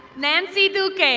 nancy luke.